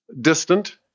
distant